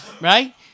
right